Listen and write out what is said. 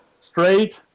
straight